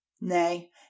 Nay